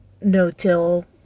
no-till